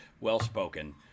well-spoken